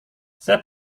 saya